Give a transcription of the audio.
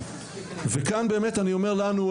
כאן אני אומר לנו,